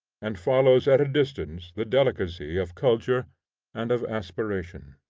and follows at a distance the delicacy of culture and of aspiration.